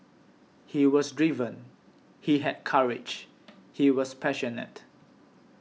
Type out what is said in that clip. he was driven he had courage he was passionate